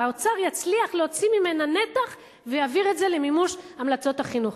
או האוצר יצליח להוציא ממנה נתח ויעביר את זה למימוש המלצות החינוך.